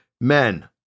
men